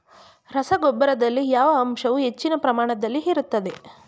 ರಸಗೊಬ್ಬರದಲ್ಲಿ ಯಾವ ಅಂಶವು ಹೆಚ್ಚಿನ ಪ್ರಮಾಣದಲ್ಲಿ ಇರುತ್ತದೆ?